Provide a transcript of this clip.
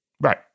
Right